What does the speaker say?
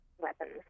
weapons